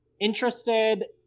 interested